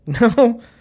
No